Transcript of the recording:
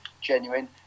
genuine